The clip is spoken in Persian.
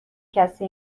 کسی